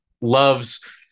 loves